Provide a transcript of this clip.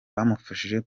bamufashije